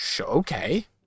Okay